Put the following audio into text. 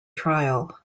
trial